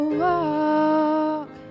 walk